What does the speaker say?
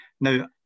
Now